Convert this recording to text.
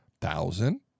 thousand